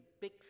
big